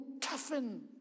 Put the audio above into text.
toughen